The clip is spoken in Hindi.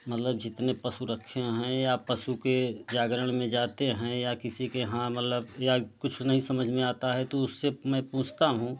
मतलब जितने पशु रखे हैं या पशु के जागरण में जाते हैं या किसी के यहाँ मतलब या कुछ नहीं समझ में आता हैं तो उसे मैं पूछता हूँ